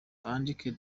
bandike